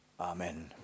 amen